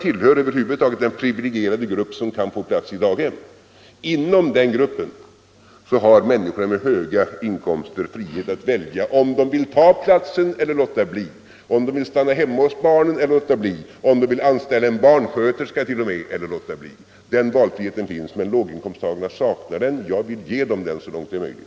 Inom den privilegierade grupp som kan få plats på daghem har människorna med höga inkomster frihet att välja om de vill ta platsen eller låta bli, om de vill stanna Ekonomiskt stöd åt hemma hos barnen eller låta bli, om de t.o.m. vill anställa en barnbarnfamiljer, m.m. sköterska eller låta bli. Den valfriheten finns, men låginkosttagarna saknar den. Jag vill ge dem den så långt det är möjligt.